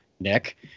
Nick